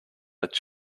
let